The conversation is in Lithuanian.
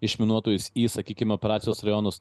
išminuotojus į sakykim operacijos rajonus